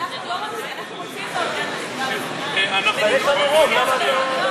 אנחנו רוצים, מירב,